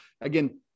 again